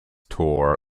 tour